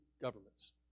governments